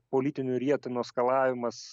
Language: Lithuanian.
politinių rietenų askalavimas